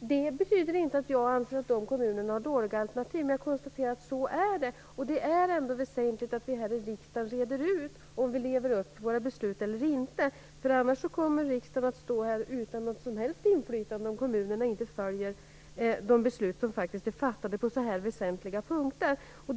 Det betyder inte att jag anser att dessa kommuner har dåliga alternativ - jag bara konstaterar att det är så här. Det är väsentligt att riksdagen reder ut huruvida vi lever upp till våra beslut eller inte. Annars kommer riksdagen att stå utan något som helst inflytande om kommunerna inte följer de beslut som faktiskt är fattade på väsentliga punkter.